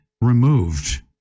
removed